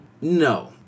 No